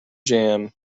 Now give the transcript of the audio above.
jam